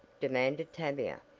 demanded tavia,